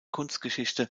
kunstgeschichte